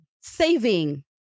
saving